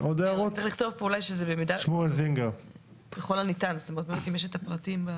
צריך לכתוב פה "ככל הניתן", רק אם יש את הפרטים.